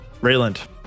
Rayland